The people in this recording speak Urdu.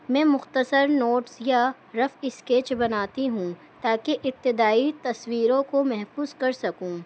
میں مختصر نوٹس یا رف اسکیچ بناتی ہوں تا کہ اتدائی تصویروں کو محفوظ کر سکوں